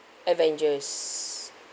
avengers